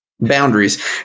boundaries